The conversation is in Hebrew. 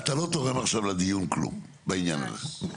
הלו, אתה לא תורם עכשיו לדיון כלום בעניין הזה.